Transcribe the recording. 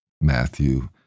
Matthew